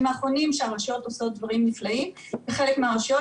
האחרונים שהרשויות עושות דברים נפלאים בחלק מהרשויות,